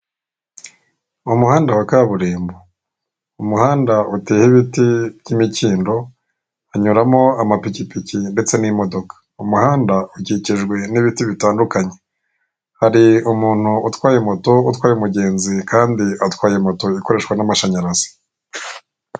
Umuhanda wa kaburimbo. Umuhanda uteyeho ibiti by'imikindo, hanyuramo amapikipiki ndetse n'imodoka. Umuhanda ukikijwe n'ibiti bitandukanye. Hari umuntu utwaye moto, utwaye umugenzi kandi atwaye moto ikoreshwa n'amashanyarazi.